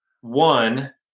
one